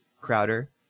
Crowder